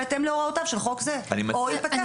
בהתאם להוראותיו של חוק זה או יפתח.